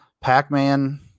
pac-man